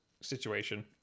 situation